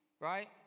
right